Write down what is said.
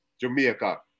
Jamaica